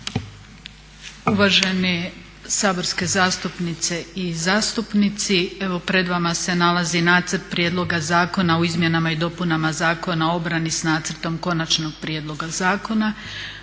Uvažene saborske zastupnice i zastupnici. Evo pred vama se nalazi Nacrt prijedloga zakona o izmjenama i dopunama Zakona o obrani s nacrtom konačnog prijedloga zakona.